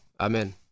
Amen